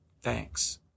thanks